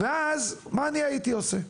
ואז, מה אני הייתי עושה?